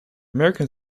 american